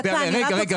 רגע,